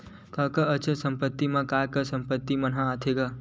कका अचल संपत्ति मा काय काय संपत्ति मन ह आथे गा?